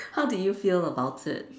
how did you feel about it